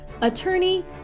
attorney